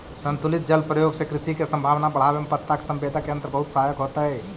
संतुलित जल प्रयोग से कृषि के संभावना बढ़ावे में पत्ता के संवेदक यंत्र बहुत सहायक होतई